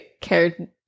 cared